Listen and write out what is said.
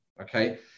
okay